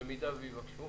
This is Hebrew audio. במידה ויבקשו?